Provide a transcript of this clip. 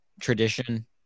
tradition